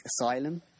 asylum